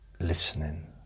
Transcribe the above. listening